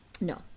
no